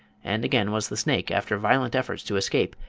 and again was the snake, after violent efforts to escape,